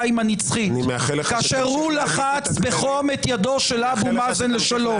הנצחית כאשר הוא לחץ בחום את ידו של אבו מאזן לשלום.